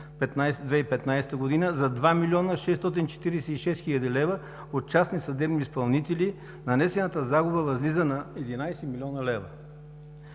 2015 г. за 2 млн. 646 хил. лв. от частни съдебни изпълнители. Нанесената загуба възлиза на 11 млн. лв.